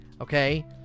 okay